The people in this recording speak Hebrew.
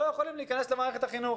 לא יכולים להיכנס למערכת החינוך,